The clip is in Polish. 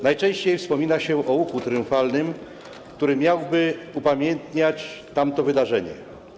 Najczęściej wspomina się o łuku triumfalnym, który miałby upamiętniać tamto wydarzenie.